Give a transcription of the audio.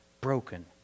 broken